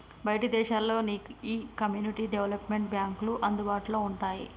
బయటి దేశాల్లో నీ ఈ కమ్యూనిటీ డెవలప్మెంట్ బాంక్లు అందుబాటులో వుంటాయి